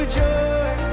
joy